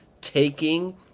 taking